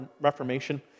Reformation